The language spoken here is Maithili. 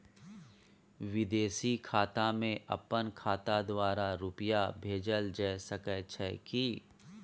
विदेशी खाता में अपन खाता द्वारा रुपिया भेजल जे सके छै की?